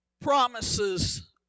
Promises